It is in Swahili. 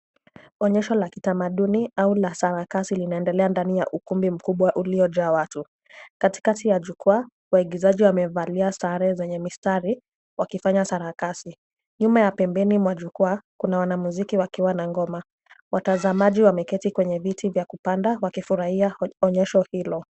Onyesho la kitamaduni au la sarakasi linaendelea ndani ya ukumbi mkubwa uliojaa watu. Katikati ya jukwaa, waigizaji wamevalia sare zenye mistari wakifanya sarakasi. Nyuma ya pembeni mwa jukwaa kuna wanamuziki wakiwa na ngoma. Watazamaji wameketi kwenye viti vya kupanda wakifurahia onyesho hilo.